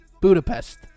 Budapest